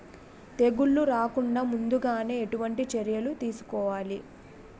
తెగుళ్ల రాకుండ ముందుగానే ఎటువంటి చర్యలు తీసుకోవాలి?